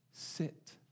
sit